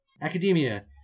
Academia